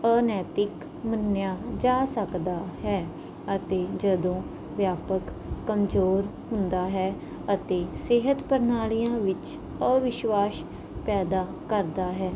ਅਨੈਤਿਕ ਮੰਨਿਆ ਜਾ ਸਕਦਾ ਹੈ ਅਤੇ ਜਦੋਂ ਵਿਆਪਕ ਕਮਜ਼ੋਰ ਹੁੰਦਾ ਹੈ ਅਤੇ ਸਿਹਤ ਪ੍ਰਣਾਲੀਆਂ ਵਿੱਚ ਅਵਿਸ਼ਵਾਸ ਪੈਦਾ ਕਰਦਾ ਹੈ